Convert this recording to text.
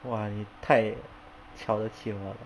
哇你太瞧得起我了